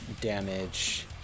damage